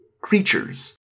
creatures